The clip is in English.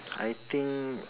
I think